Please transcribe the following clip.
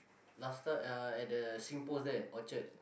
last time uh at the singpost there orchard